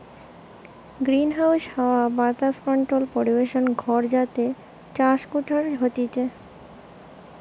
greenhouse হাওয়া বাতাস controlled পরিবেশ ঘর যাতে চাষ করাঢু হতিছে